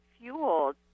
fueled